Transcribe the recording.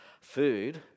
food